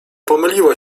pomyliła